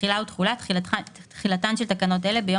" תחילה ותחולה תחילתן של תקנות אלה ביום